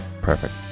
Perfect